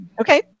Okay